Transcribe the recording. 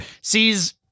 sees